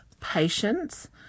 Patience